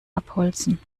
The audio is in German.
abholzen